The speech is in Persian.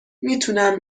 میتونم